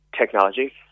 technology